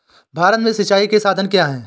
भारत में सिंचाई के साधन क्या है?